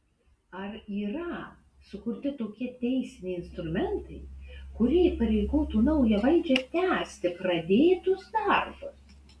ar yra sukurti tokie teisiniai instrumentai kurie įpareigotų naują valdžią tęsti pradėtus darbus